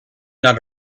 not